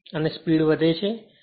અને સ્પીડ વધે છે